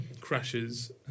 crashes